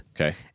Okay